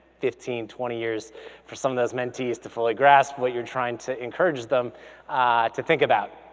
fifteen, twenty years for some of those mentees to fully grasp what you're trying to encourage them to think about.